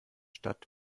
stadt